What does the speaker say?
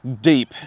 deep